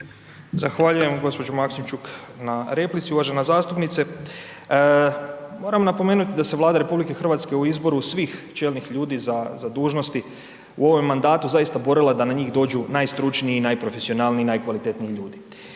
Zahvaljujem gospođo Maksimčuk na replici. Uvažena zastupnice, moram napomenuti da se Vlada Rh u izboru svih čelnih ljudi za dužnosti u ovom mandatu zaista borila da na njih dođu najstručniji i najprofesionalniji i najkvalitetniji ljudi.